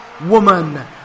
woman